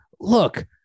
look